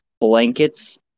blankets